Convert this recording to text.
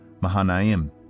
Mahanaim